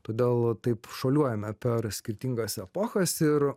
todėl taip šuoliuojame per skirtingas epochas ir